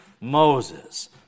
Moses